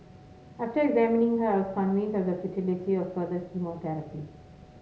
after examining her I was convinced of the futility of further chemotherapy